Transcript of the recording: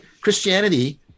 Christianity